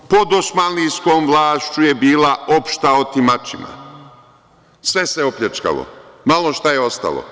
Pod dosmanlijskom vlašću je bila opšta otimačina, sve se opljačkalo, malo šta je ostalo.